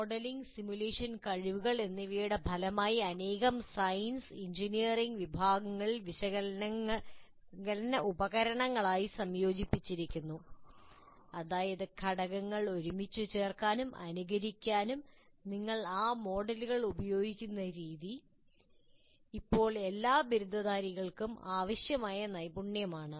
modelling simulation കഴിവുകൾ എന്നിവയുടെ ഫലമായി അനേകം സയൻസ് എഞ്ചിനീയറിംഗ് വിഭാഗങ്ങളിൽ വിശകലന ഉപകരണങ്ങളായി സംയോജിപ്പിച്ചിരിക്കുന്നു അതായത് ഘടകങ്ങൾ ഒരുമിച്ച് ചേർക്കാനും അനുകരിക്കാനും നിങ്ങൾ ആ മോഡലുകൾ ഉപയോഗിക്കുന്ന രീതി ഇപ്പോൾ എല്ലാ ബിരുദധാരികൾക്കും ആവശ്യമായ നൈപുണ്യമാണ്